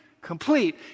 complete